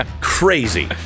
crazy